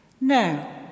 No